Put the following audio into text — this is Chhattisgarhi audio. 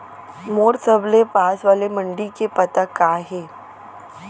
मोर सबले पास वाले मण्डी के पता का हे?